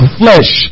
flesh